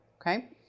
okay